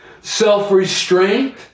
self-restraint